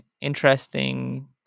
interesting